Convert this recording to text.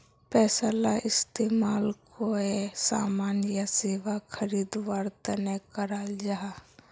पैसाला इस्तेमाल कोए सामान या सेवा खरीद वार तने कराल जहा